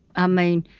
i mean,